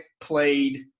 played